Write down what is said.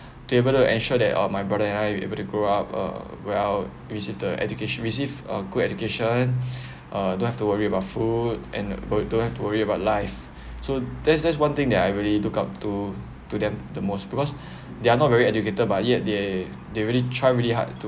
to able to ensure that uh my brother and I able to grow up uh well receive the education received a good education uh don't have to worry about food and don't have to worry about life so that's that's one thing that I really look up to to them the most because they are not very educated by yet they they really tried really hard to